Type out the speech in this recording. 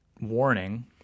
warning